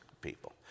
people